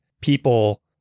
people